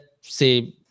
say